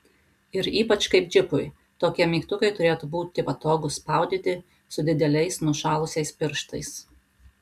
ir ypač kaip džipui tokie mygtukai turėtų būti patogūs spaudyti su dideliais nušalusiais pirštais